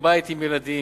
משקי-בית עם ילדים,